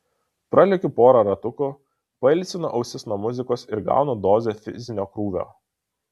pralekiu porą ratukų pailsinu ausis nuo muzikos ir gaunu dozę fizinio krūvio